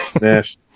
Nash